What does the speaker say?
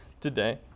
today